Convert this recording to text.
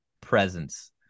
presence